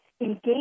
engage